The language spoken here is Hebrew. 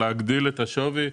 ולהגדיל את השווי.